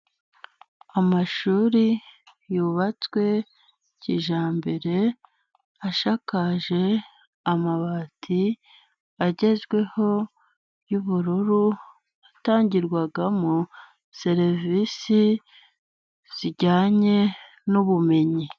Amashuri yubatswe kijyambere, ashakaje amabati agezweho y'ubururu, itangirwamo serivisi zijyanye n'ubumenyi.